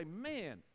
man